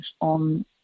on